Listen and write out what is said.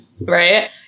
Right